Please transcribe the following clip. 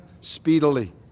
speedily